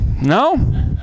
No